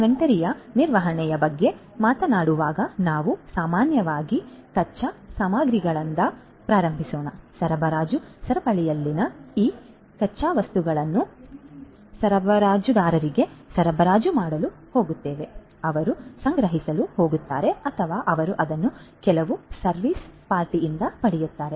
ಇನ್ವೆಂಟರಿಯ ನಿರ್ವಹಣೆಯ ಬಗ್ಗೆ ಮಾತನಾಡುವಾಗ ನಾವು ಸಾಮಾನ್ಯವಾಗಿ ಕಚ್ಚಾ ಸಾಮಗ್ರಿಗಳಿಂದ ಪ್ರಾರಂಭಿಸಿ ಸರಬರಾಜು ಸರಪಳಿಯಲ್ಲಿನ ಈ ಕಚ್ಚಾ ವಸ್ತುಗಳನ್ನು ಕಚ್ಚಾ ವಸ್ತುಗಳ ಸರಬರಾಜುದಾರರಿಗೆ ಸರಬರಾಜು ಮಾಡಲು ಹೋಗುತ್ತೇವೆ ಅವರು ಸಂಗ್ರಹಿಸಲು ಹೋಗುತ್ತಾರೆ ಅಥವಾ ಅವರು ಅದನ್ನು ಕೆಲವು ಸರ್ವೀಸ್ ಪಾರ್ಟಿಯಿಂದ ಪಡೆಯುತ್ತಾರೆ